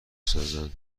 سازند